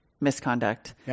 misconduct